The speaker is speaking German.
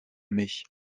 mich